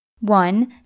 one